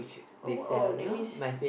oh oh that means